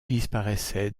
disparaissait